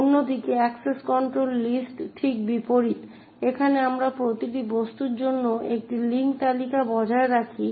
অন্যদিকে access control list ঠিক বিপরীত এখানে আমরা প্রতিটি বস্তুর জন্য একটি লিঙ্ক তালিকা বজায় রাখি